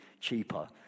cheaper